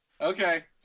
Okay